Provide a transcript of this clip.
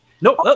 Nope